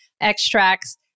extracts